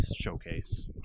showcase